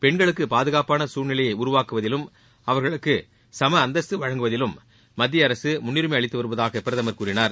பெண்களுக்கு பாதுகாப்பான சூழ்நிலையை உருவாக்குவதிலும் அவர்களுக்கு சம அந்தஸ்து வழங்குவதிலும் மத்திய அரசு முன்னுரிமை அளித்து வருவதாக பிரதமர் கூறினார்